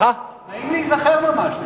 נעים להיזכר ממש,